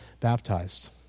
baptized